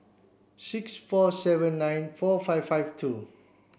six four seven nine four five five two